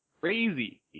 crazy